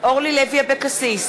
אורלי לוי אבקסיס,